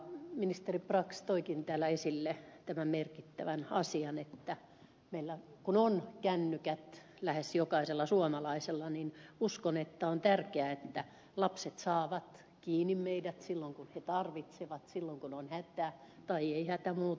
ministeri brax toikin täällä esille tämän merkittävän asian että kun kännykät on lähes jokaisella suomalaisella niin uskon että on tärkeää että lapset saavat meidät kiinni silloin kun he tarvitsevat silloin kun on hätä tai ei ole hätä muuten vaan